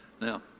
Now